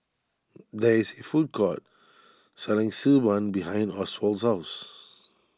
there is a food court selling Xi Ban behind Oswald's house